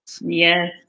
Yes